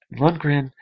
Lundgren